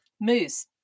Moose